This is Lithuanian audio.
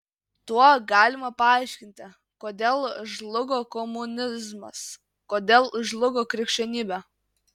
tuo galima paaiškinti kodėl žlugo komunizmas kodėl žlugo krikščionybė